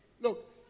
Look